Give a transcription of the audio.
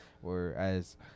whereas